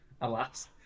alas